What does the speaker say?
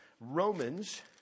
Romans